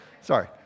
Sorry